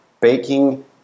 baking